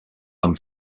amb